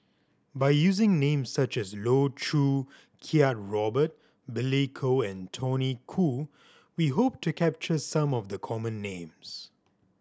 by using names such as Loh Choo Kiat Robert Billy Koh and Tony Khoo we hope to capture some of the common names